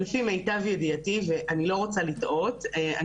לפי מיטב ידיעתי ואני לא רוצה לטעות אני